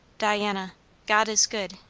diana god is good,